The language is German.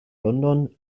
london